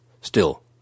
Still